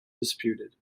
disputed